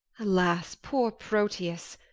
alas, poor proteus,